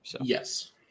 Yes